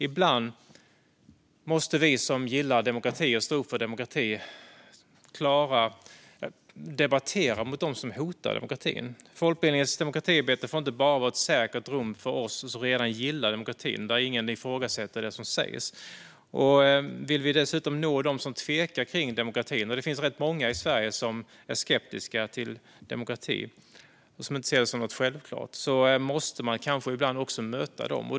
Ibland måste vi som gillar demokrati och står upp för demokrati klara av att debattera med dem som hotar demokratin. Folkbildningens demokratiarbete får inte bara vara ett säkert rum för oss som redan gillar demokratin, där ingen ifrågasätter det som sägs. Vill vi dessutom nå dem som tvekar inför demokratin - det finns rätt många i Sverige som är skeptiska till demokrati och som inte ser det som något självklart - måste vi ibland kanske också möta dem.